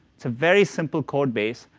it's a very simple code base,